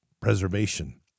preservation